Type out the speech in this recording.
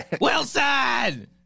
Wilson